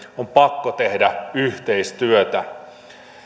on pakko tehdä yhteistyötä